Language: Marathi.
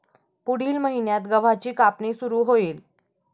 पुढील महिन्यात गव्हाची कापणी सुरू होईल